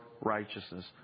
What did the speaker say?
righteousness